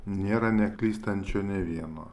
nėra neklystančio nė vieno